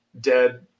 dead